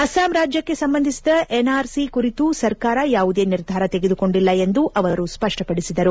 ಅಸ್ಲಾಂ ರಾಜ್ಯಕ್ಷೆ ಸಂಬಂಧಿಸಿದ ಎನ್ಆರ್ಸಿ ಕುರಿತು ಸರ್ಕಾರ ಯಾವುದೇ ನಿರ್ಧಾರ ತೆಗೆದುಕೊಂಡಿಲ್ಲ ಎಂದು ಅವರು ಸ್ಪಷ್ನಪಡಿಸಿದರು